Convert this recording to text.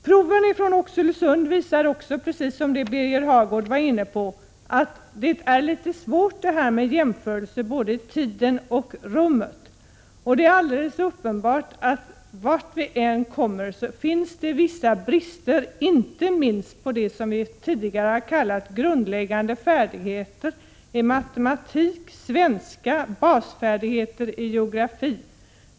Proven från Oxelösund visar också, precis som Birger Hagård sade, att det är litet svårt att göra jämförelser både i tid och i rum. Det är alldeles uppenbart att vart vi än kommer finns det vissa brister, inte minst på det som vi tidigare har kallat grundläggande färdigheter i matematik, svenska och basfärdigheter i geografi.